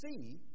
see